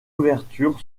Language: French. ouverture